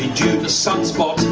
to sunspots,